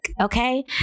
okay